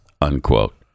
unquote